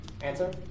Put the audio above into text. Answer